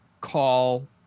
call